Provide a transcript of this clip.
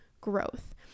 growth